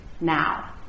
now